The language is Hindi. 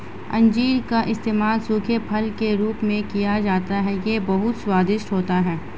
अंजीर का इस्तेमाल सूखे फल के रूप में किया जाता है यह बहुत ही स्वादिष्ट होता है